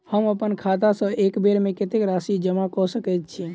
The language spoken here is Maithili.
हम अप्पन खाता सँ एक बेर मे कत्तेक राशि जमा कऽ सकैत छी?